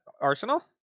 Arsenal